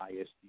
ISD